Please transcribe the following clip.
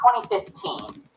2015